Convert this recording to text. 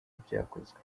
ibyakozwe